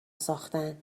ساختن